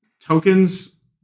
Tokens